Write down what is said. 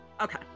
Okay